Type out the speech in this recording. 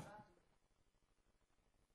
תם